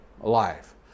life